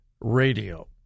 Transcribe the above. radio